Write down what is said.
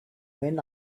when